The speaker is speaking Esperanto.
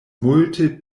multe